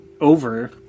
over